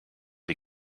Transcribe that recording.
die